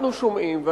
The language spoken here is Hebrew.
אנחנו שומעים,